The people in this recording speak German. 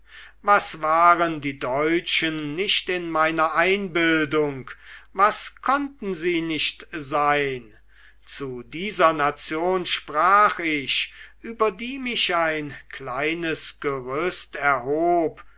was waren die deutschen nicht in meiner einbildung was konnten sie nicht sein zu dieser nation sprach ich über die mich ein kleines gerüst erhob